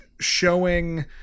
showing